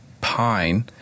pine